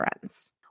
friends